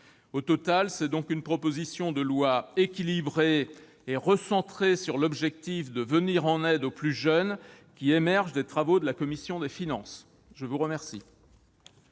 Au total, c'est donc une proposition de loi équilibrée et recentrée sur l'objectif de venir en aide aux plus jeunes qui émerge des travaux de la commission des finances ! La parole